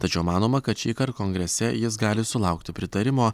tačiau manoma kad šįkart kongrese jis gali sulaukti pritarimo